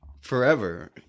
forever